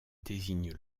désigne